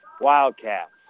Wildcats